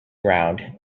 round